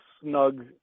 snug